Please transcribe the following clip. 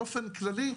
באופן כללי,